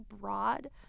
broad